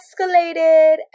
escalated